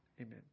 amen